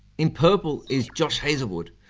in purple is josh hazlewood,